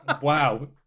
Wow